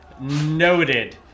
noted